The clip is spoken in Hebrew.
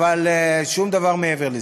אבל שום דבר מעבר לזה.